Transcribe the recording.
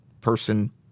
person